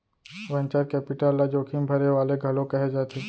venture capital ल जोखिम भरे वाले घलोक कहे जाथे